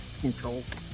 controls